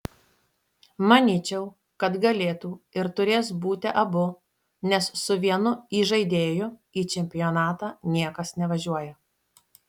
manyčiau kad galėtų ir turės būti abu nes su vienu įžaidėju į čempionatą niekas nevažiuoja